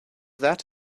that